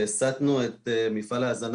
והסטנו את מפעל ההזנה.